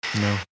No